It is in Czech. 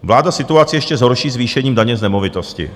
Vláda situaci ještě zhorší zvýšením daně z nemovitosti.